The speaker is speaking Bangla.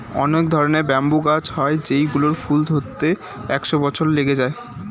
অনেক ধরনের ব্যাম্বু গাছ হয় যেই গুলোর ফুল ধরতে একশো বছর লেগে যায়